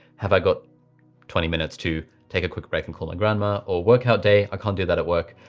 have i got twenty minutes to take a quick break and call my grandma or workout day? i can't do that at work.